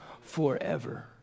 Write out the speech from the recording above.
forever